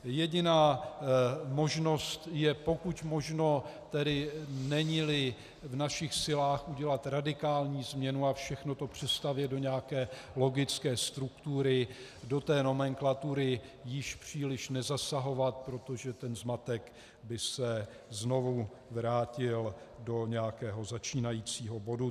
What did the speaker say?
Jediná možnost je pokud možno tedy, neníli v našich silách udělat radikální změnu a všechno to přestavět do nějaké logické struktury, do té nomenklatury již příliš nezasahovat, protože ten zmatek by se znovu vrátil do nějakého začínajícího bodu.